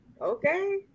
okay